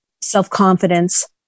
self-confidence